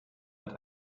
mit